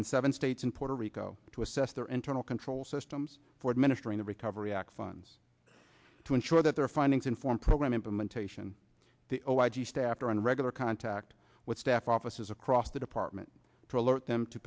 in seven states and puerto rico to assess their internal control systems for administering the recovery act funds to ensure that their findings inform program implementation the oh i just after in regular contact with staff offices across the department to alert them to